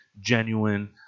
genuine